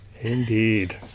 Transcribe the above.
Indeed